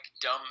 dumb